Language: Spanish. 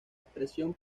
expresión